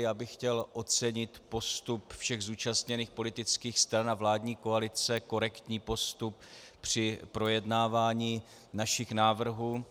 Já bych chtěl ocenit postup všech zúčastněných politických stran a vládní koalice, korektní postup při projednávání našich návrhů.